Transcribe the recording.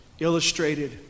Illustrated